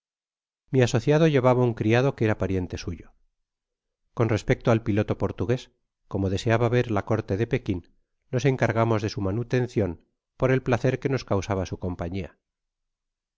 mi asociado llevaba un criado que era pariente suyo con respecto al piloto portugués como deseaba ver la corte de pekin nos encargamos de su manutencion por el placer que nos causaba su compañia